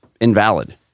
invalid